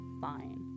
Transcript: fine